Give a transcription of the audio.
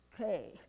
Okay